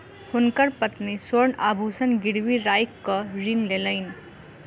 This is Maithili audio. हुनकर पत्नी स्वर्ण आभूषण गिरवी राइख कअ ऋण लेलैन